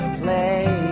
play